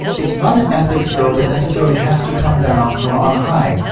it is not an ethics though that necessarily has to come down from and high.